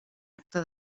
acte